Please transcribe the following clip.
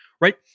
right